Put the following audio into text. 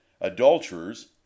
adulterers